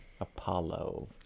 Apollo